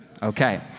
Okay